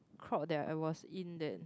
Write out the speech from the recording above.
crowd that I was in then